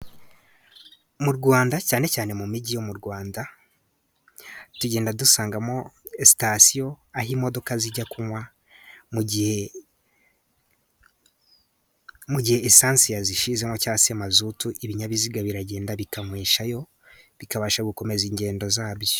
Mu Rwanda cyane cyane mu mijyi yo mu Rwanda , tugenda dusanga sitasiyo aho imodoka zijya kunywa mu gihe lisansi yazishyizemo, cyangwa se mazutu ibinyabiziga biragenda bikanyweshayo, bikabasha ingendo zabyo